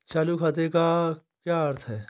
चालू खाते का क्या अर्थ है?